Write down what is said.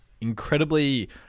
incredibly